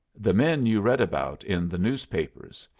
the men you read about in the newspapers.